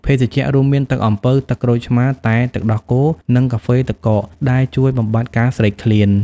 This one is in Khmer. ភេសជ្ជៈ រួមមាន ទឹកអំពៅ ទឹកក្រូចឆ្មារ តែទឹកដោះគោ និងកាហ្វេទឹកកក ដែលជួយបំបាត់ការស្រេកឃ្លាន។